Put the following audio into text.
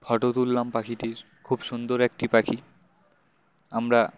photo তুললাম পাখিটির খুব সুন্দর একটি পাখি আমরা